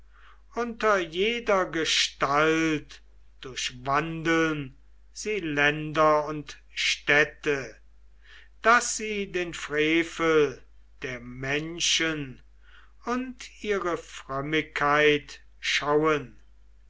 unter jeder gestalt durchwandeln sie länder und städte daß sie den frevel der menschen und ihre frömmigkeit schauen